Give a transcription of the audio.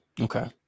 Okay